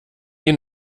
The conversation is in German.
ihn